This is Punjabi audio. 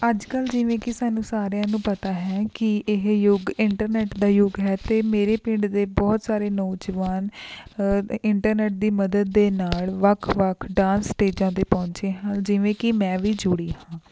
ਅੱਜ ਕੱਲ੍ਹ ਜਿਵੇਂ ਕਿ ਸਾਨੂੰ ਸਾਰਿਆਂ ਨੂੰ ਪਤਾ ਹੈ ਕਿ ਇਹ ਯੁੱਗ ਇੰਟਰਨੈੱਟ ਦਾ ਯੁੱਗ ਹੈ ਅਤੇ ਮੇਰੇ ਪਿੰਡ ਦੇ ਬਹੁਤ ਸਾਰੇ ਨੌਜਵਾਨ ਇੰਟਰਨੈੱਟ ਦੀ ਮਦਦ ਦੇ ਨਾਲ ਵੱਖ ਵੱਖ ਡਾਂਸ ਸਟੇਜਾਂ 'ਤੇ ਪਹੁੰਚੇ ਹਨ ਜਿਵੇਂ ਕਿ ਮੈਂ ਵੀ ਜੁੜੀ ਹਾਂ